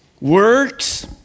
works